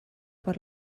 per